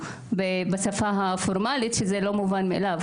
ילמדו בשפה הפורמלית, שזה לא מובן מאליו.